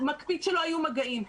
מקפיד שלא יהיו מגעים,